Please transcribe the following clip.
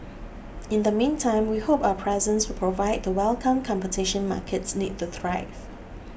in the meantime we hope our presence will provide the welcome competition markets need to thrive